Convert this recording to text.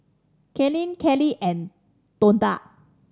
Kaylene Kelly and Tonda